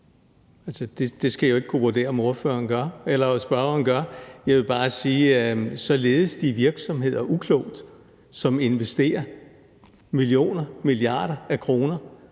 der tjener penge på ældreomsorgen. Jeg vil bare sige, at så ledes de virksomheder uklogt, som investerer millioner og milliarder af kroner